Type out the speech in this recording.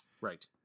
Right